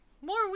more